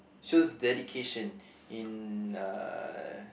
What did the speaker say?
shows dedication in uh